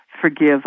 forgive